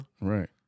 Right